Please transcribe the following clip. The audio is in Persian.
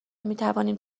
میتوانیم